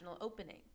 opening